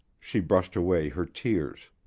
she brushed away her tears.